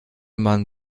man